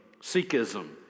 Sikhism